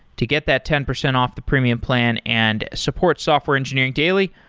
to get that ten percent off the premium plan and support software engineering daily,